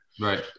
Right